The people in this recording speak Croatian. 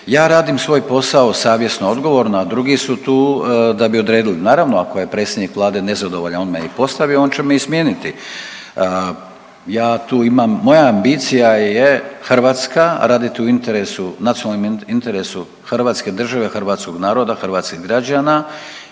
ja radim svoj posao savjesno, odgovorno, a drugi su tu da bi odredili. Naravno ako je predsjednik vlade nezadovoljan, on me i postavio, on će me i smijeniti. Ja tu imam, moja ambicija je Hrvatska, radit u interesu, nacionalnom interesu hrvatske države, hrvatskog naroda, hrvatskih građana